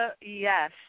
yes